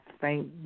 thank